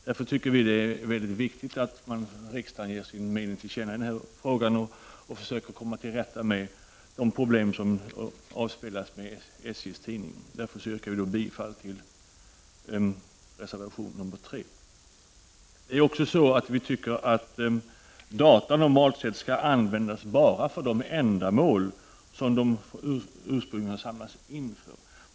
Vi anser det därför vara viktigt att riksdagen ger sin mening till känna i denna fråga och att vi försöker komma till rätta med de problem som avspeglas i SJ:s tidning. Därför yrkar vi bifall till reservation 3. Vi anser också att data normalt sett skall användas bara för de ändamål som de ursprungligen samlades in för.